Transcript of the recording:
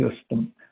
system